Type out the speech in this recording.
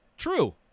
true